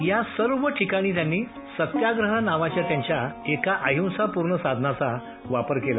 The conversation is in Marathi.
या सर्व ठिकाणी त्यांनी सत्याग्रह नावाच्या त्यांच्या एका अहिंसापूर्ण साधनाचा वापर केला